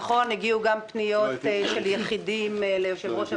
נכון, הגיעו גם פניות של יחידים ליושב-ראש הוועדה,